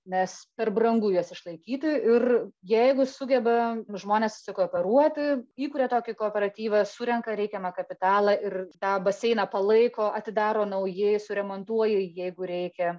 nes per brangu juos išlaikyti ir jeigu sugeba žmonės susikooperuoti įkuria tokį kooperatyvą surenka reikiamą kapitalą ir tą baseiną palaiko atidaro naujai suremontuoja jį jeigu reikia